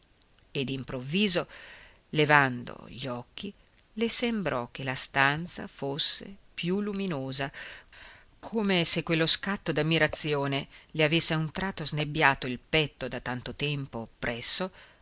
e d'improvviso levando gli occhi le sembrò che la stanza fosse più luminosa come se quello scatto d'ammirazione le avesse a un tratto snebbiato il petto da tanto tempo oppresso